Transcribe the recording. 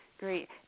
Great